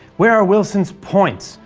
where are wilson's points,